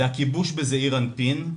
זה הכיבוש בזעיר אנפין,